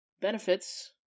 benefits